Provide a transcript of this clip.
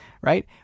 right